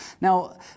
Now